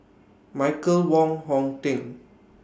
Michael Wong Hong Teng